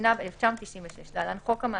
התשנ"ו 1996‏ (להלן, חוק המעצרים)